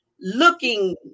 looking